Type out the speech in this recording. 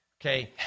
okay